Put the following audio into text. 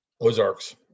Ozarks